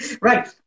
Right